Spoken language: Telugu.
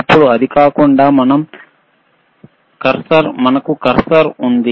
ఇప్పుడు అది కాకుండా మనకు కర్సర్ ఉంది